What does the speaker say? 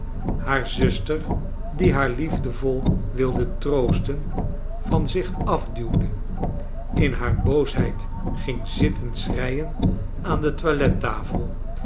haar zuster die haar liefdevol wilde troosten van zich afduwde in haar boosheid ging zitten schreien aan de